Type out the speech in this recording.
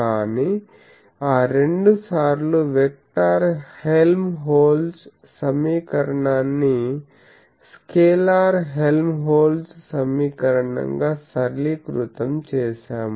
కానీ ఆ రెండు సార్లు వెక్టర్ హెల్మ్హోల్ట్జ్ సమీకరణాన్ని స్కేలార్ హెల్మ్హోల్ట్జ్ సమీకరణం గా సరళీకృతం చేశాము